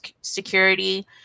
security